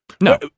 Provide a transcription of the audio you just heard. No